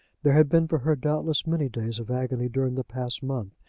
there had been for her, doubtless, many days of agony during the past month.